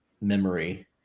memory